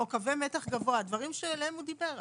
או קווי מתח גבוה, דברים שעליהם הוא דיבר.